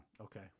Okay